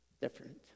different